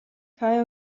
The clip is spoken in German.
kai